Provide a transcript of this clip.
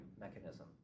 mechanism